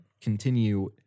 continue